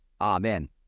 Amen